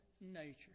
nature